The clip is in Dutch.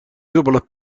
dubbele